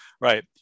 Right